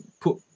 put